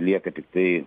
lieka tiktai